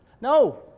No